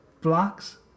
Blocks